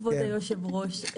כבוד היושב-ראש,